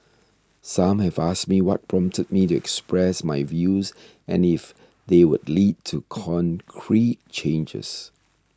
some have asked me what prompted me to express my views and if they would lead to concrete changes